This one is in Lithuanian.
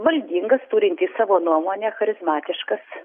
valdingas turintis savo nuomonę charizmatiškas